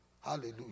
Hallelujah